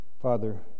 Father